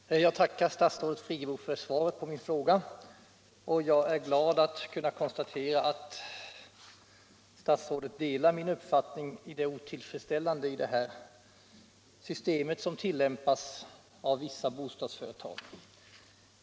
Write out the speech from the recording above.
Herr talman! Jag tackar statsrådet Friggebo för svaret på min fråga och är glad att kunna konstatera att statsrådet delar min uppfattning om det otillfredsställande i det system som tillämpas av vissa bostadsföretag.